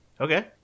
Okay